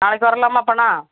நாளைக்கு வரலாமா அப்படினா